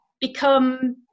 become